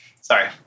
Sorry